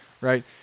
right